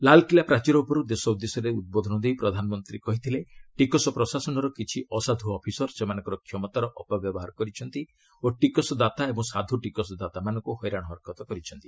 ଲାଲକିଲ୍ଲା ପ୍ରାଚୀର ଉପରୁ ଦେଶ ଉଦ୍ଦେଶ୍ୟରେ ଉଦ୍ବୋଧନ ଦେଇ ପ୍ରଧାନମନ୍ତ୍ରୀ କହିଥିଲେ ଟିକସ ପ୍ରଶାସନର କିଛି ଅସାଧୁ ଅଫିସର ସେମାନଙ୍କର କ୍ଷମତାର ଅପବ୍ୟବହାର କରିଛନ୍ତି ଓ ଟିକସଦାତା ଏବଂ ସାଧୁ ଟିକସଦାତାମାନଙ୍କୁ ହଇରାଣ ହରକତ କରିଛନ୍ତି